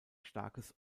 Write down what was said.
starkes